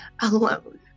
alone